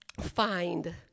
find